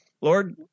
Lord